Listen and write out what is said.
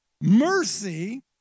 mercy